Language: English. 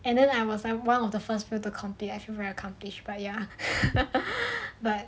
and then I was like one of the first few to complete actually very accomplished but ya but